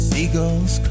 Seagulls